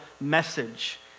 message